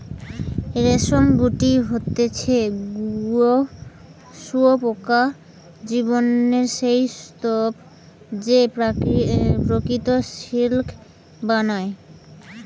রেশমের গুটি হতিছে শুঁয়োপোকার জীবনের সেই স্তুপ যে প্রকৃত সিল্ক বানায়